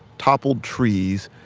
toppled trees,